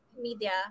media